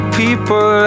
people